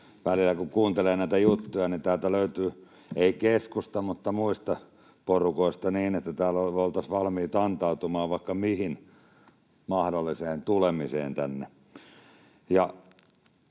Välillä kun kuuntelee näitä juttuja, niin täältä löytyy ei keskustasta mutta muista porukoista sellaista, että täällä oltaisiin valmiita antautumaan vaikka mihin mahdolliseen tulemiseen tänne.